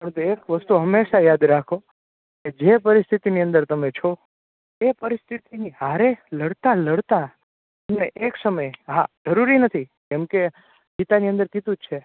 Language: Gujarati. પરંતુ એક વસ્તુ હંમેશા યાદ રાખો કે જે પરિસ્થિતિની અંદર તમે છો એ પરિસ્થિતિની હારે લડતા લડતા તમે એક સમયે હા જરૂરી નથી કેમકે ગીતાની અંદર કીધું જ છે